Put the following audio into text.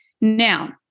now